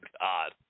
God